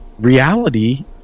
reality